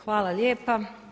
Hvala lijepa.